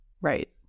Right